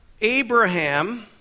Abraham